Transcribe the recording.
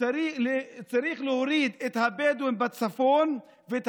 וצריך להוריד את הבדואים בצפון ואת